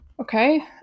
okay